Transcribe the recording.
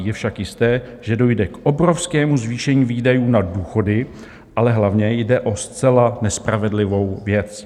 Je však jisté, že dojde k obrovskému zvýšení výdajů na důchody, ale hlavně jde o zcela nespravedlivou věc.